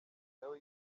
nawe